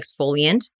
exfoliant